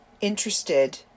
interested